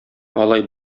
алай